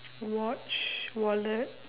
watch wallet